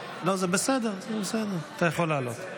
לא, זה בסדר, אתה יכול לעלות.